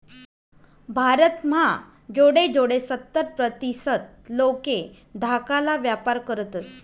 भारत म्हा जोडे जोडे सत्तर प्रतीसत लोके धाकाला व्यापार करतस